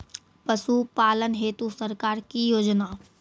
पशुपालन हेतु सरकार की योजना?